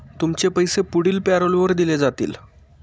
तुमचे पैसे पुढील पॅरोलवर दिले जातील